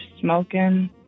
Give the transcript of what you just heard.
smoking